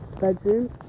bedroom